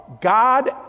God